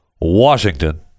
Washington